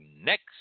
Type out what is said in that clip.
next